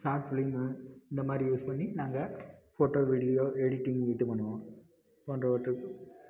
short film இந்த மாதிரி use பண்ணி நாங்கள் போட்டோ வீடியோ எடிட்டிங் பண்ணுவோம் அப்பறம் அது